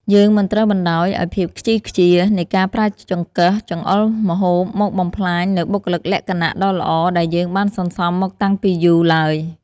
យើងមិនត្រូវបណ្តោយឱ្យភាពខ្ជីខ្ជានៃការប្រើចង្កឹះចង្អុលម្ហូបមកបំផ្លាញនូវបុគ្គលិកលក្ខណៈដ៏ល្អដែលយើងបានសន្សំមកតាំងពីយូរឡើយ។